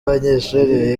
abanyeshuri